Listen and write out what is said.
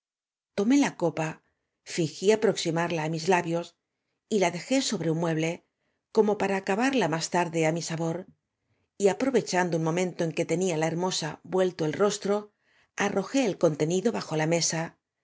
tomé la copa ñng í aproximarla á mis labios y la dejé sobre nn mueble como para acabarla más tarde á m i sa bor y aprovechando un momento en que tenía la hermosa vuelto el rostro arrojé el contenido bso la mesa